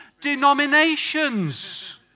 denominations